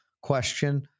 question